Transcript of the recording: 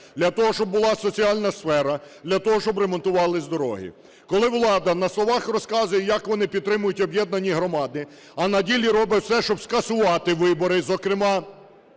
для того, щоб була соціальна сфера, для того, щоб ремонтувались дороги. Коли влада на словах розказує, як вони підтримують об'єднані громади, а на ділі роблять все, щоб скасувати вибори, зокрема